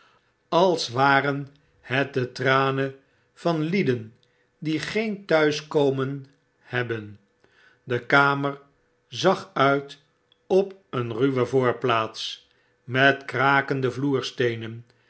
als waren het de tranen van lieden die geen t'huiskomen hebben de kamer zag uit op een ruwe voorplaats met krakende